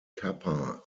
kappa